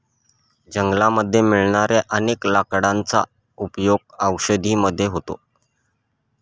जंगलामध्ये मिळणाऱ्या अनेक लाकडांचा उपयोग औषधी मध्ये होतो